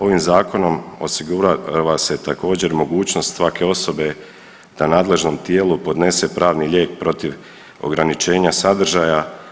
Ovim zakonom osigurava se također mogućnost svake osobe da nadležnom tijelu podnese pravni lijek protiv ograničenja sadržaja.